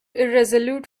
irresolute